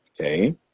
Okay